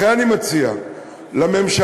לכן אני מציע לממשלה,